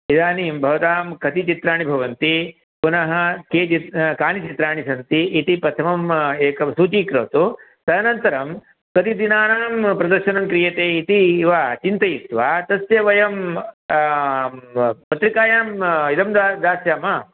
इदानीं भवतां कति चित्राणि भवन्ति पुनः के चित् कानि चित्राणि सन्ति इति प्रथमम् एक सूची करोतु तदनन्तरं कति दिनानां प्रदर्शनं क्रियते इति वा चिन्तयित्वा तस्य वयं पत्रिकायाम् इदं दा दास्यामः